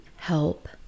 help